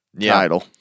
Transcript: title